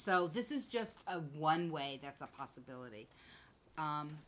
so this is just one way that's a possibility